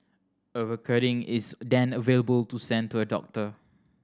a recording is then available to send to a doctor